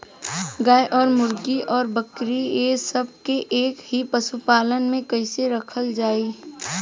गाय और मुर्गी और बकरी ये सब के एक ही पशुपालन में कइसे रखल जाई?